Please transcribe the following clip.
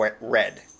red